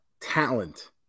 talent